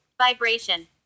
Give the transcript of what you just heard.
vibration